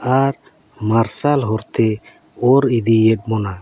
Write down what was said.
ᱟᱨ ᱢᱟᱨᱥᱟᱞ ᱦᱚᱨᱛᱮ ᱚᱨ ᱤᱫᱤᱭᱮᱫ ᱵᱚᱱᱟ